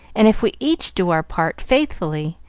and if we each do our part faithfully,